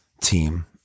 team